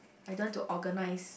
I don't want to organize